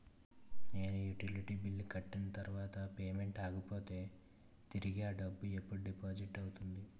నేను utility bill కట్టిన తర్వాత పేమెంట్ ఆగిపోతే తిరిగి అ డబ్బు ఎప్పుడు డిపాజిట్ అవుతుంది?